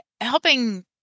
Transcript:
helping